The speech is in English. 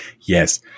yes